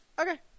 Okay